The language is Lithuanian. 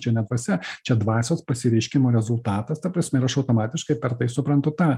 čia ne dvasia čia dvasios pasireiškimo rezultatas ta prasme ir aš automatiškai per tai suprantu tą